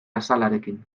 azalarekin